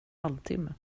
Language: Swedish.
halvtimme